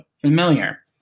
familiar